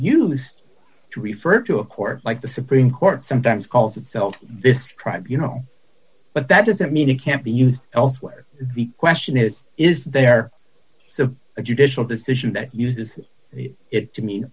used to refer to a court like the supreme court sometimes calls itself this tribe you know but that doesn't mean it can't be used elsewhere the question is is there to a judicial decision that uses it to me